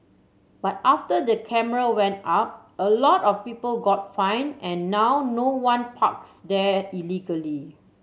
but after the camera went up a lot of people got fined and now no one parks there illegally